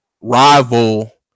rival